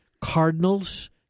Cardinals